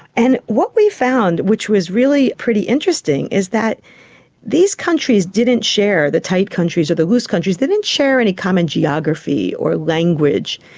and what we found which was really pretty interesting is that these countries didn't share, the tight countries or the loose countries, they didn't share any common geography or language,